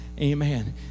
Amen